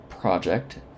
Project